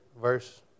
verse